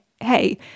hey